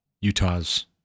Utah's